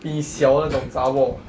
比你小那种 zha bor